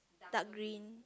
dark green